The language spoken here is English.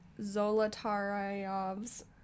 Zolotaryov's